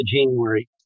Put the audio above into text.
January